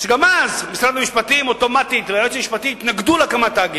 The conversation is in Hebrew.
כשגם אז משרד המשפטים והיועצת המשפטית התנגדו אוטומטית להקמת תאגיד,